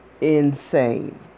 insane